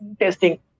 testing